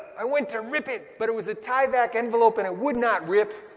i went to rip it but it was a tyvek envelope and it would not rip,